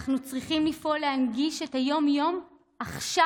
אנחנו צריכים לפעול להנגיש את היום-יום עכשיו.